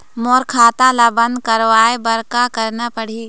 मोर खाता ला बंद करवाए बर का करना पड़ही?